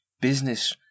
business